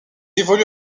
évolue